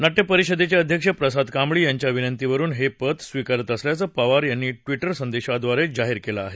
नाट्य परिषदेचे अध्यक्ष प्रसाद कांबळी यांच्या विनंतीवरून हे पद स्वीकारत असल्याचं पवार यांनी ट्वीट संदेशाद्वारे जाहीर केलं आहे